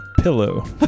pillow